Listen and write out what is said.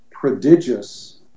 prodigious